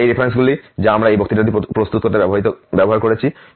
আচ্ছা এই রেফারেন্সগুলি যা আমরা এই বক্তৃতাটি প্রস্তুত করার জন্য ব্যবহার করেছি